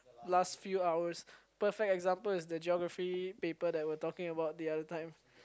last few hours perfect example is the Geography paper that were talking about the other time